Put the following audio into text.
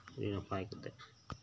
ᱟᱹᱰᱤ ᱱᱟᱯᱟᱭ ᱠᱟᱛᱮᱜ